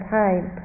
time